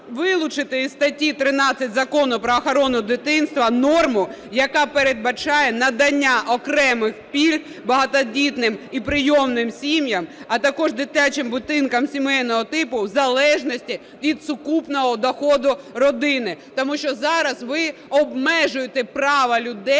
вилучити із статті 13 Закону "Про охорону дитинства" норму, яка передбачає надання окремих пільг багатодітним і прийомним сім'ям, а також дитячим будинкам сімейного типу в залежності від сукупного доходу родини, тому що зараз ви обмежуєте право людей